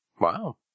Wow